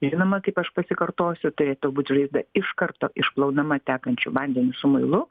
ir žinoma kaip aš pasikartosiu turėtų būt žaizda iš karto išplaunama tekančiu vandeniu su muilu